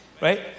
right